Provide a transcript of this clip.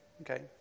okay